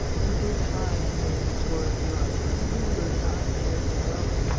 in due time he made the tour of europe, and lingered nine years in rome,